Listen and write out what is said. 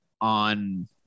on